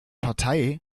partei